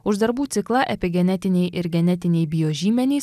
už darbų ciklą epigenetiniai ir genetiniai biožymenys